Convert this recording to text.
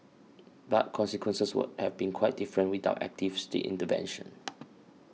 but consequences would have been quite different without active state intervention